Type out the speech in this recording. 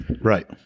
Right